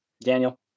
Daniel